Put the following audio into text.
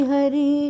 Hari